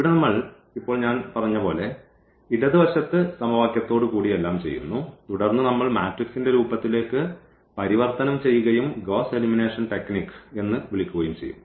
ഇവിടെ നമ്മൾ ഇപ്പോൾ ഞാൻ പറഞ്ഞ പോലെ ഇടത് വശത്ത് സമവാക്യത്തോടുകൂടി എല്ലാം ചെയ്യുന്നു തുടർന്ന് നമ്മൾ മാട്രിക്സിന്റെ രൂപത്തിലേക്ക് പരിവർത്തനം ചെയ്യുകയും ഗ്വോസ്സ് എലിമിനേഷൻ ടെക്നിക് എന്ന് വിളിക്കുകയും ചെയ്യും